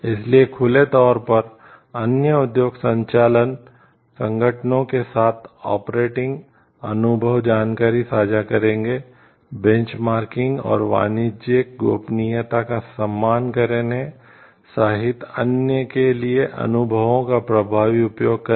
इसलिए खुले तौर पर अन्य उद्योग संचालन संगठनों के साथ ऑपरेटिंग और वाणिज्यिक गोपनीयता का सम्मान करने सहित अन्य के लिए अनुभवों का प्रभावी उपयोग करें